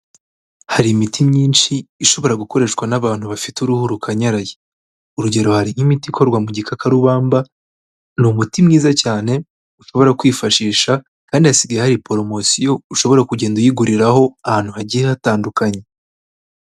Hari imiti myinshi ishobora gukoreshwa n'abantu bafite uruhu rukanyaraye. Urugero hari nk'imiti ikorwa mu gikakarubamba, ni umuti mwiza cyane, ushobora kwifashisha, kandi hasigaye hari poromosiyo ushobora kugenda uyiguriraho ahantu hagiye hatandukanye.